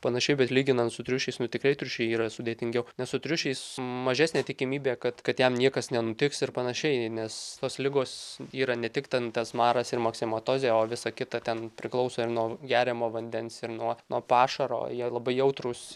panašiai bet lyginant su triušiais nu tikrai triušiai yra sudėtingiau nes su triušiais mažesnė tikimybė kad kad jam niekas nenutiks ir panašiai nes tos ligos yra ne tik ten tas maras ir maksimatozė o visa kita ten priklauso ir nuo geriamo vandens ir nuo nuo pašaro jie labai jautrūs